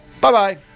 Bye-bye